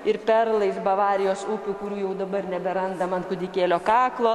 ir perlais bavarijos ūkių kurių jau dabar neberandam ant kūdikėlio kaklo